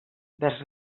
vers